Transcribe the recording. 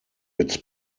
its